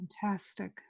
fantastic